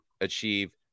achieve